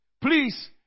Please